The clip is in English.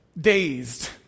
dazed